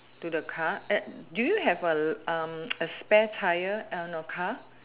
to the car at do you have a um a spare tyre on your car